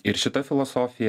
ir šita filosofija